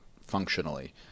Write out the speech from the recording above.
functionally